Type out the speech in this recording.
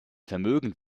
vermögend